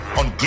on